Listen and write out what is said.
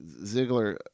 Ziggler